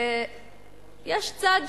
יש צד,